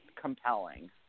compelling